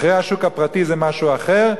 מחירי השוק הפרטי זה משהו אחר,